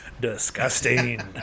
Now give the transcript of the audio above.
disgusting